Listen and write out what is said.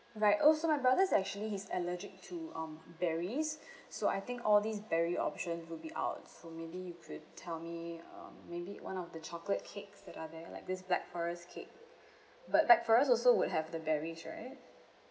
right oh so my brother is actually he's allergic to um berries so I think all these berry options will be out so maybe you could tell me um maybe one of the chocolate cakes that are there like this black forest cake but black forest also would have the berries right